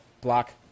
Block